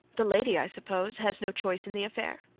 the lady, i suppose, has no choice in the affair.